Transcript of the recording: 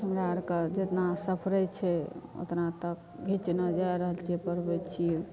हमरा आर कऽ जेतना सपरै छै ओतना तक घीचने जा रहल छियै पढ़बै छियै